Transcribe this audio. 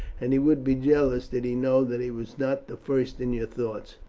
and he would be jealous did he know that he was not the first in your thoughts.